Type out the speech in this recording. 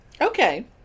Okay